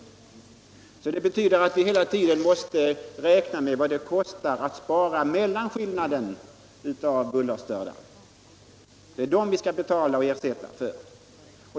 Hela tiden måste vi alltså räkna med vad det kostar att spara mellanskillnaden i fråga om bullerstörda — det är dem vi skall betala och ersätta.